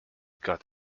cut